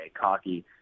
cocky